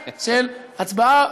אנחנו לא מתבלבלים, אל תדאג.